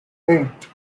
eight